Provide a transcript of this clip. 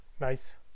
Nice